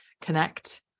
connect